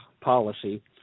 policy